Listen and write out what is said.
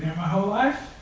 whole life,